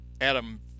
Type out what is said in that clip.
Adam